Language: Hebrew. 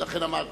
ולכן אמרתי,